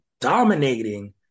dominating